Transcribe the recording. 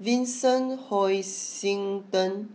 Vincent Hoisington